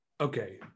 Okay